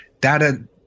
data